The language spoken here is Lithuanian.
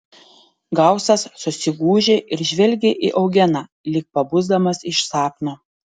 gausas susigūžė ir žvelgė į eugeną lyg pabusdamas iš sapno